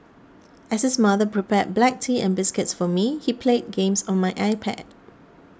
as his mother prepared black tea and biscuits for me he played games on my iPad